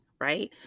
right